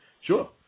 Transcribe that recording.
Sure